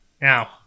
now